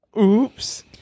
Oops